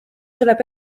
tuleb